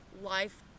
life